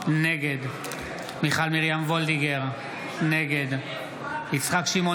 נגד מיכל מרים וולדיגר, נגד יצחק שמעון